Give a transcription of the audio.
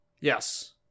Yes